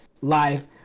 live